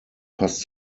passt